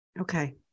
Okay